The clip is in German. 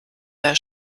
der